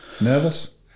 nervous